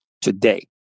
today